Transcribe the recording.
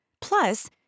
Plus